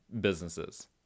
businesses